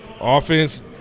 offense